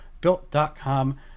built.com